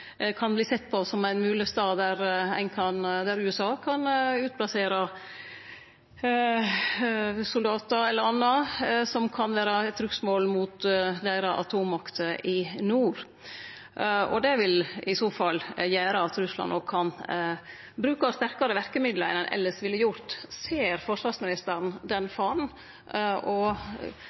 sett på som ein mogleg stad der USA kan utplassere soldatar eller anna som kan vere eit trugsmål mot deira atommakt i nord. Det vil i so fall gjere at Russland òg kan bruke sterkare verkemiddel enn ein elles ville gjort. Ser forsvarsministeren den faren, og